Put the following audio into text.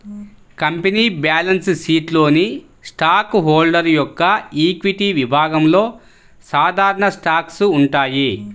company balance షీట్లోని stock holder యొక్క equity విభాగంలో సాధారణ స్టాక్స్ ఉంటాయి